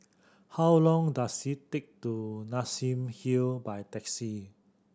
how long does it take to get to Nassim Hill by taxi